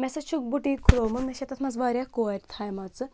مےٚ ہسا چھُ بُٹیٖک کھُلومُت مےٚ چھَ تَتھ منٛز واریاہ کورِ تھایہِ مَژٕ